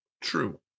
True